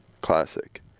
classic